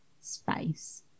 space